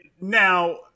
now